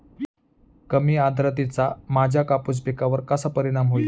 कमी आर्द्रतेचा माझ्या कापूस पिकावर कसा परिणाम होईल?